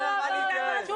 לא לא לא התייעצות.